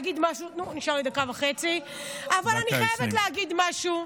נשארו לי דקה וחצי, אבל אני חייבת להגיד משהו,